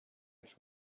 its